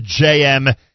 JM